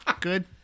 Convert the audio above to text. good